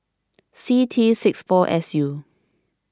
C T six four S U